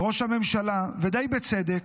וראש הממשלה, ודי בצדק,